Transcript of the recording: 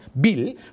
bill